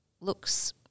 looks